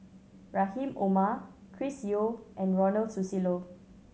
Rahim Omar Chris Yeo and Ronald Susilo